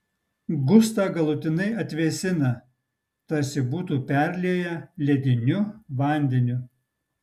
gustą galutinai atvėsina tarsi būtų perlieję lediniu vandeniu